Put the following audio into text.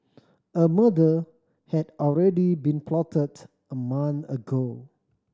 a murder had already been plotted a month ago